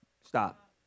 stop